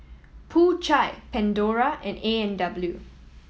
Po Chai Pandora and A and W